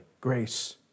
grace